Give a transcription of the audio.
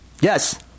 Yes